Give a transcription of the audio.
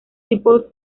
people